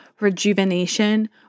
rejuvenation